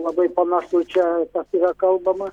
labai panašu čia kas yra kalbama